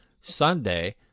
Sunday